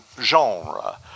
genre